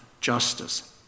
justice